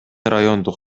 райондук